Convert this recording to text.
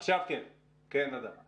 אבל בפעולותיו הוא בעצם עזר ל-BDS.